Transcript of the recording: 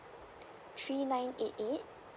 three nine eight eight